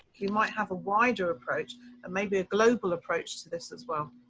you might have a wider approach and maybe a global approach to this as well.